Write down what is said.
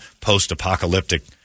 post-apocalyptic